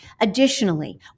Additionally